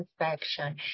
infection